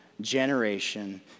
generation